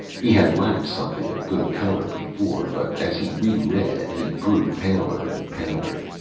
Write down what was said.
he had lacked something of good color before, but as he reread, he grew paler and paler.